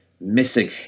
missing